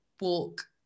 walk